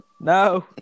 no